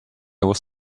was